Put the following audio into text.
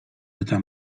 eta